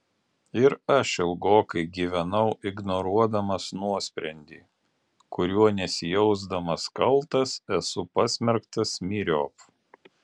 ir aš ilgokai gyvenau ignoruodamas nuosprendį kuriuo nesijausdamas kaltas esu pasmerktas myriop